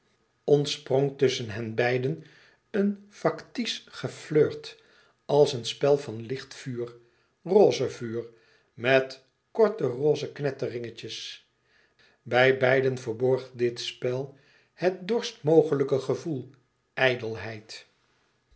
ontsprong tusschen henbeiden een factice geflirt als een spel van licht vuur roze vuur met korte roze knetteringetjes bij beiden verborg dit spel het dorst mogelijke gevoel